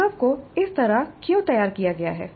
अनुभव को इस तरह क्यों तैयार किया गया है